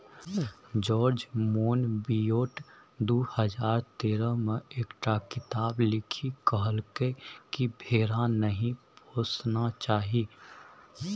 George Monbiot दु हजार तेरह मे एकटा किताप लिखि कहलकै कि भेड़ा नहि पोसना चाही